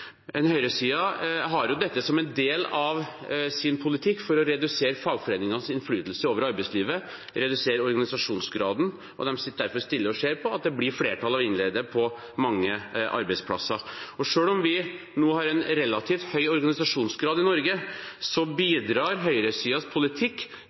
redusere organisasjonsgraden, og de sitter derfor stille og ser på at det blir et flertall av innleide på mange arbeidsplasser. Selv om vi nå har en relativt høy organisasjonsgrad i Norge,